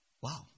Wow